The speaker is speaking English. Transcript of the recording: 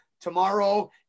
tomorrow